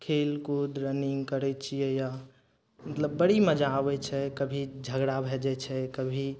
खेलकूद रनिंग करय छियै यऽ मतलब बड़ी मजा आबय छै कभी झगड़ा भए जाइ छै कभी